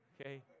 Okay